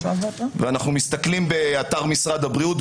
ואנחנו מסתכלים באתר משרד הבריאות,